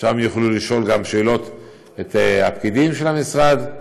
ושם יוכלו לשאול שאלות את הפקידים של המשרד,